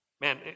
Man